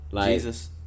Jesus